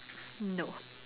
no